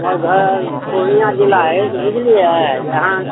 हमर घर पूर्णिआँ जिला अछि बुझलियै जे अहाँ